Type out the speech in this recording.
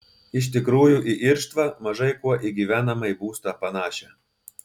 iš tikrųjų į irštvą mažai kuo į gyvenamąjį būstą panašią